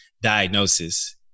diagnosis